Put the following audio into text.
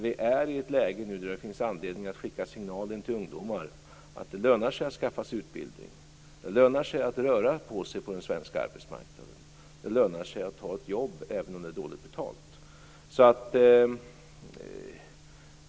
Vi är nu i ett läge då det finns anledning att skicka signalen till ungdomar att det lönar sig att skaffa sig utbildning och att röra på sig på den svenska arbetsmarknaden. Det lönar sig att ha ett jobb även om det är dåligt betalt.